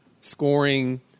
scoring